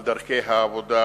על דרכי העבודה